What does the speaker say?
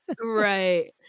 Right